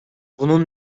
bunun